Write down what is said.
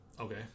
okay